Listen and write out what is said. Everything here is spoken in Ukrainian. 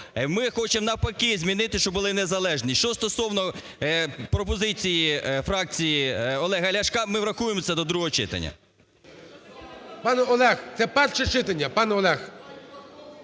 Ми хочемо навпаки, змінити, щоб були незалежні. Що стосовно пропозицій фракції Олега Ляшка, ми врахуємо це до другого читання. ГОЛОВУЮЧИЙ. Пане Олег, це перше читання.